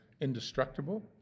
indestructible